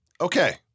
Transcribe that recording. Okay